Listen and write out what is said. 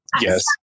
Yes